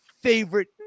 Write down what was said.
favorite